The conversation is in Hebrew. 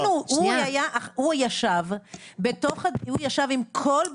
הינה, הוא ישב עם כל בתי המלאכה.